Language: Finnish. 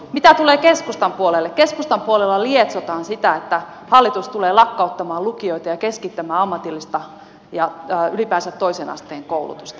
mitä tulee keskustan puolelle keskustan puolella lietsotaan sitä että hallitus tulee lakkauttamaan lukioita ja keskittämään ammatillista ja ylipäänsä toisen asteen koulutusta